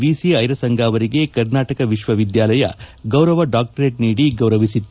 V C ಐರಸಂಗ ಅವರಿಗೆ ಕರ್ನಾಟಕ ವಿಶ್ವವಿದ್ಯಾಲಯ ಗೌರವ ಡಾಕ್ವರೇಟ್ ನೀಡಿ ಗೌರವಿಸಿತ್ತು